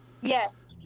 yes